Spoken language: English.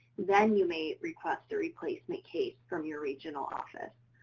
then you may request a replacement case from your regional office.